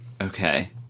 Okay